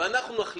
אנחנו נחליט.